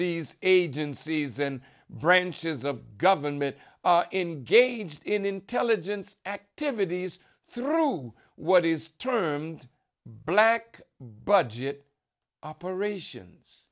these agencies and branches of government in gauged in intelligence activities through what is termed black budget operations